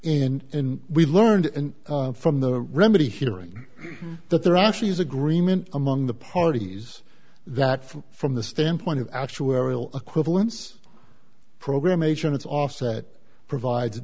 and in we learned from the remedy hearing that there actually is agreement among the parties that from from the standpoint of actuarial equivalence program agents offset provide